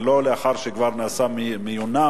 ולא לאחר שכבר נעשה מיונם,